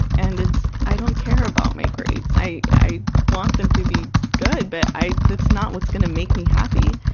and it's i don't care about my grades. i i want them to be good, but i it's not what's gonna make me happy.